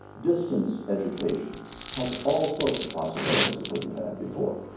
distance education has all sorts of possibilities it didn't have before.